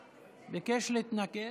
היא סיימה את עשר הדקות.